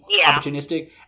opportunistic